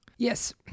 Yes